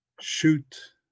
shoot